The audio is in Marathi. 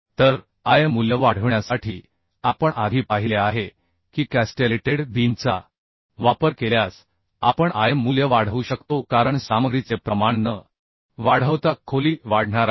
तर आय मूल्य वाढविण्यासाठी आपण आधी पाहिले आहे की कॅस्टेलेटेड बीमचा वापर केल्यास आपण आय मूल्य वाढवू शकतो कारण सामग्रीचे प्रमाण न वाढवता खोली वाढणार आहे